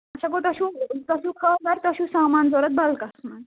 اَچھا گوٚو تُہۍ چھُو خانٛدر تُہۍ چھُو سامان ضوٚرَتھ بلکس منٛز